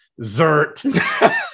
Zert